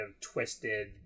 twisted